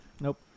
Nope